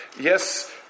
Yes